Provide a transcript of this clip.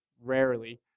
rarely